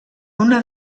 una